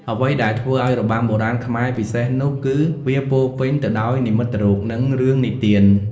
អ្វីដែលធ្វើឱ្យរបាំបុរាណខ្មែរពិសេសនោះគឺ វាពោរពេញទៅដោយ និមិត្តរូប និងរឿងនិទាន។